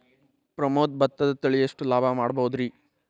ಪ್ರಮೋದ ಭತ್ತದ ತಳಿ ಎಷ್ಟ ಲಾಭಾ ಮಾಡಬಹುದ್ರಿ?